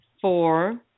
four